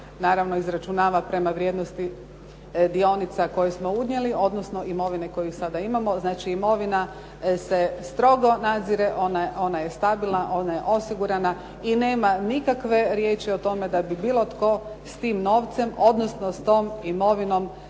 naravno izračunava prema vrijednosti dionica koje smo unijeli, odnosno imovine koju sada imamo. Znači imovina se strogo nadzire, ona je stabilna, ona je osigurana i nema nikakve riječi o tome da bi bilo tko s time novcem, odnosno sa tom imovinom